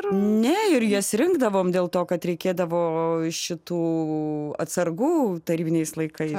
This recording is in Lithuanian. ne ir jas rinkdavom dėl to kad reikėdavo iš šitų atsargų tarybiniais laikais